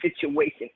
situation